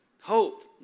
Hope